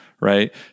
right